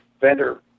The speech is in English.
vendor